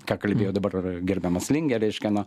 ką kalbėjo dabar gerbiamas lingė reiškia